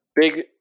big